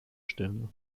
sternen